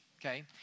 okay